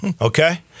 Okay